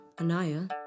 Anaya